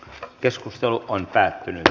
keskustelu päättyi